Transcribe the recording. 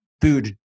food